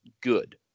good